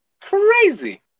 Crazy